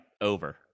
over